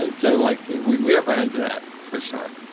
ah so like we we have run into that for sure.